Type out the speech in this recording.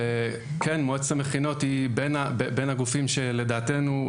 מועצת המכינות היא בין הגופים שלדעתנו,